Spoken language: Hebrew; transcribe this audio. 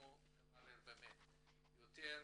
אנחנו נברר יותר,